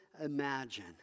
imagine